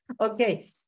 Okay